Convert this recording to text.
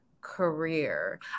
career